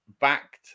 backed